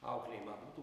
auklėjimą būtų